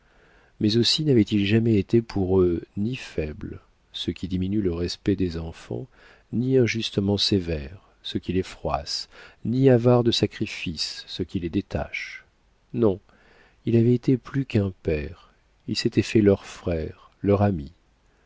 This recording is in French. mais aussi n'avait-il jamais été pour eux ni faible ce qui diminue le respect des enfants ni injustement sévère ce qui les froisse ni avare de sacrifices ce qui les détache non il avait été plus qu'un père il s'était fait leur frère leur ami